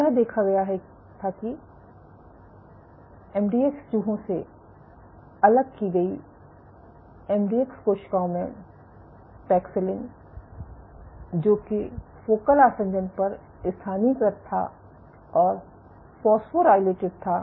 तो क्या देखा गया था कि एमडीएक्स चूहों से अलग कि गई एमडीएक्स कोशिकाओं में पैक्सिलिन जो कि फोकल आसंजन पर स्थानीयकृत था और फॉस्फोराइलेटेड था